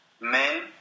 men